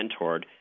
mentored